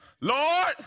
Lord